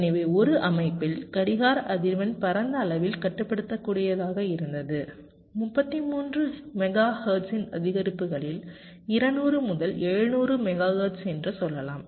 எனவே ஒரு அமைப்பில் கடிகார அதிர்வெண் பரந்த அளவில் கட்டுப்படுத்தக்கூடியதாக இருந்தது 33 மெகாஹெர்ட்ஸின் அதிகரிப்புகளில் 200 முதல் 700 மெகாஹெர்ட்ஸ் என்று சொல்லலாம்